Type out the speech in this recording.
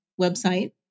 website